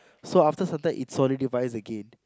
so after some time it solidifies again